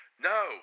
No